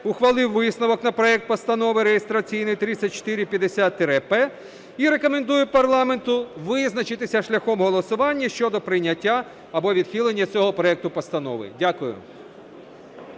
ухвалив висновок на проект Постанови (реєстраційний 3450-П) і рекомендує парламенту визначитися шляхом голосування щодо прийняття або відхилення цього проекту Постанови. Дякую.